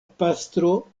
pastro